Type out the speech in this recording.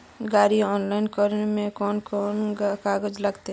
गाड़ी ऑनलाइन करे में कौन कौन कागज लगते?